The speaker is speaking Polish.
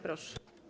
Proszę.